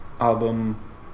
album